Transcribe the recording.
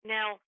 Now